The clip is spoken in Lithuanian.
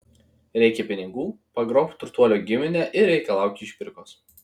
reikia pinigų pagrobk turtuolio giminę ir reikalauk išpirkos